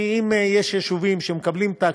אם יש יישובים שמקבלים את ההקצאות,